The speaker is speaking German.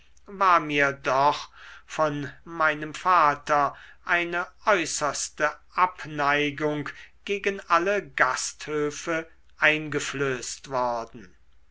war mir doch von meinem vater eine äußerste abneigung gegen alle gasthöfe eingeflößt worden